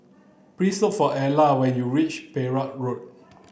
please look for Ala when you reach Perak Road